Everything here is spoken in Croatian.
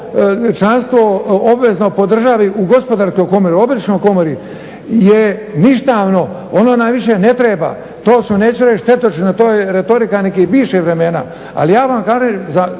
obvezno po državi u Gospodarskoj komori, u Obrtničkoj komori je ništavno, ono nam više ne treba. To su neću reći štetočine, to je retorika nekih bivših vremena. Ali ja vam kažem, za